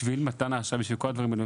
בשביל מתן האשראי וכל הדברים הללו,